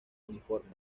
uniforme